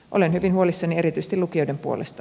olen hyvin huolissani erityisesti lukioiden puolesta